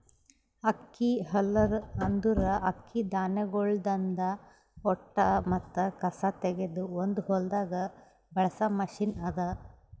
ಅಕ್ಕಿ ಹಲ್ಲರ್ ಅಂದುರ್ ಅಕ್ಕಿ ಧಾನ್ಯಗೊಳ್ದಾಂದ್ ಹೊಟ್ಟ ಮತ್ತ ಕಸಾ ತೆಗೆದ್ ಒಂದು ಹೊಲ್ದಾಗ್ ಬಳಸ ಮಷೀನ್ ಅದಾ